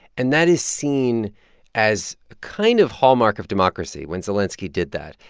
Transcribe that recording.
and that is seen as a kind of hallmark of democracy when zelenskiy did that.